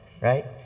right